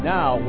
Now